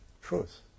truth